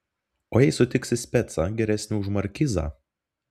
o jei sutiksi specą geresnį už markizą